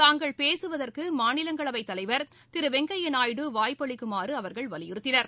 தாங்கள் பேசுவதற்கு மாநிலங்களவை தலைவர் திரு வெங்கய்ய நாயுடு வாய்ப்பு அளிக்குமாறு அவர்கள் வலியுறுத்தினர்